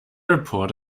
report